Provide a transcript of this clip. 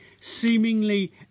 seemingly